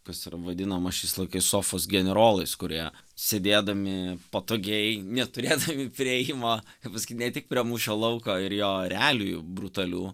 kas yra vadinama šiais laikais sofos generolais kurie sėdėdami patogiai neturėtų priėjimo kaip pasakyt ne tik prie mūšio lauko ir jo realijų brutalių